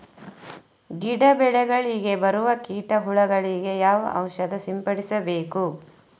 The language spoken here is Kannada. ಗಿಡ, ಬೆಳೆಗಳಿಗೆ ಬರುವ ಕೀಟ, ಹುಳಗಳಿಗೆ ಯಾವ ಔಷಧ ಸಿಂಪಡಿಸಬೇಕು?